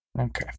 Okay